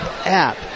app